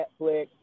Netflix